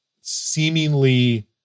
seemingly